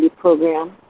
program